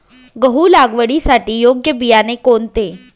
गहू लागवडीसाठी योग्य बियाणे कोणते?